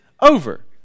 over